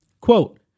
Quote